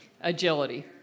agility